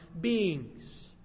beings